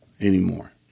anymore